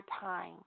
time